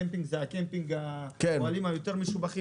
שהם האוהלים המשובחים יותר,